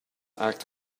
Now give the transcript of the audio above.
act